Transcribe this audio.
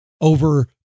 over